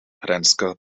renske